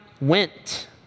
went